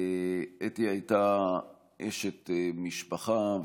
אתי הייתה אשת משפחה,